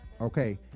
okay